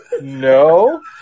No